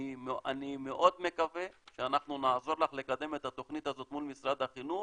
אני מאוד מקווה שאנחנו נעזור לך לקדם את התוכנית הזאת מול משרד החינוך